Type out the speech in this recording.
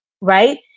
right